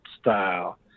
style